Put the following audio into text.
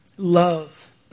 Love